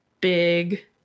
big